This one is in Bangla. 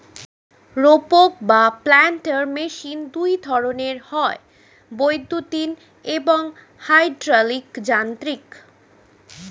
রোপক বা প্ল্যান্টার মেশিন দুই ধরনের হয়, বৈদ্যুতিন এবং হাইড্রলিক যান্ত্রিক